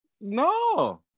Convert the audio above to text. No